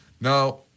Now